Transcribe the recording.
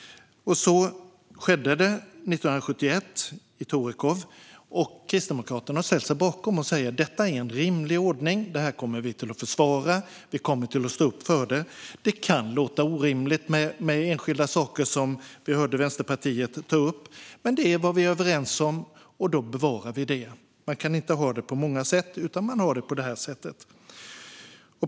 Så skedde 1971. Kristdemokraterna har ställt sig bakom överenskommelsen och säger: Detta är en rimlig ordning. Det här kommer vi att försvara och stå upp för. Det kan låta orimligt med enskilda saker som vi hörde Vänsterpartiet ta upp, men det är vad vi är överens om, och då bevarar vi det. Man kan inte ha det på många sätt, utan man har det på det här sättet.